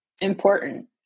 important